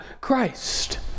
Christ